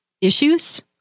issues